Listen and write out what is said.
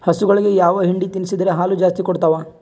ಹಸುಗಳಿಗೆ ಯಾವ ಹಿಂಡಿ ತಿನ್ಸಿದರ ಹಾಲು ಜಾಸ್ತಿ ಕೊಡತಾವಾ?